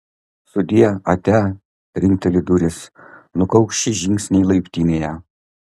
sudie atia trinkteli durys nukaukši žingsniai laiptinėje